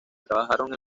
trabajaron